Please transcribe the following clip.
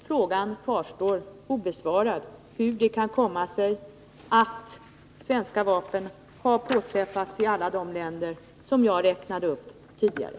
Frågan hur det kan komma sig att svenska vapen har påträffats i alla de länder som jag tidigare räknade upp kvarstår obesvarad.